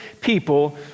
people